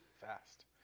Fast